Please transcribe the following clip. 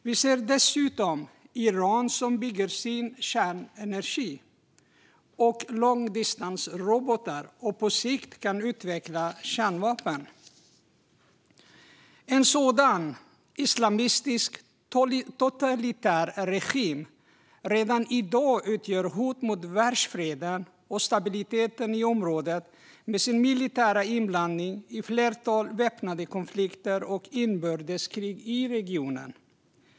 Vi ser dessutom att Iran bygger kärnenergi och långdistansrobotar och på sikt kan utveckla kärnvapen. En sådan islamistisk totalitär regim utgör redan i dag ett hot mot världsfreden och mot stabiliteten i området med sin militära inblandning i ett flertal väpnade konflikter och inbördeskrig i regionen.